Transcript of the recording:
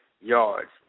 yards